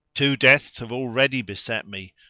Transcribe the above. two deaths have already beset me,